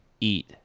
eat